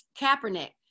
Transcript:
Kaepernick